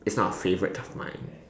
it's not a favourite of mine